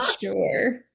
sure